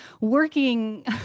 working